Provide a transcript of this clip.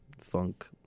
funk